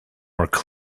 much